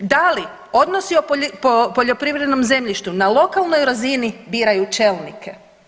Da li odnosi o poljoprivrednom zemljištu na lokalnoj razini biraju čelnike?